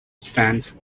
stands